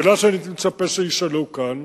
השאלה שהייתי מצפה שישאלו כאן,